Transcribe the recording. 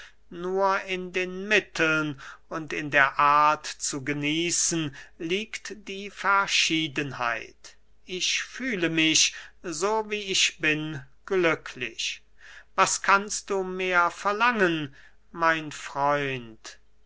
nur in den mitteln und in der art zu genießen liegt die verschiedenheit ich fühle mich so wie ich bin glücklich was kannst du mehr verlangen mein freund